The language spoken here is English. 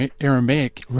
Aramaic